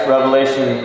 Revelation